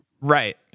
Right